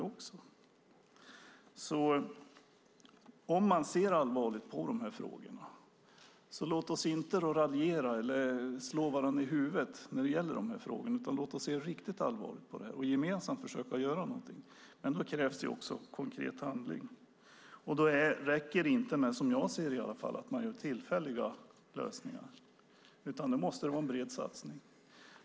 Om vi ser allvarligt på de här frågorna låt oss då inte raljera eller slå varandra i huvudet, utan låt oss se riktigt allvarligt på dem och gemensamt försöka göra någonting. Men då krävs det också konkret handling. Då räcker det inte med, som jag ser det i alla fall, tillfälliga lösningar, utan då måste det vara en bred satsning.